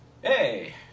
Hey